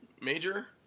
major